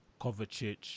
Kovacic